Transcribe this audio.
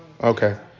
Okay